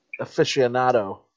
aficionado